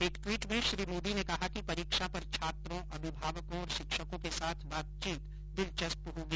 एक ट्वीट में श्री मोदी ने कहाँ कि परीक्षा पर छात्रों अभिभावकों और शिक्षकों के साथ बातचीत दिलचस्प होगी